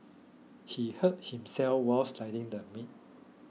he hurt himself while slicing the meat